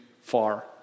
far